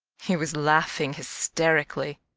he was laughing hysterically.